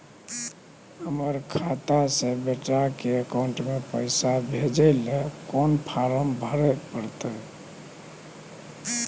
हमर खाता से बेटा के अकाउंट में पैसा भेजै ल कोन फारम भरै परतै?